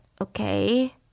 Okay